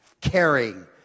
caring